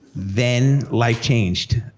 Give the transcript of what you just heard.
then life changed.